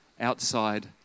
outside